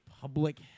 public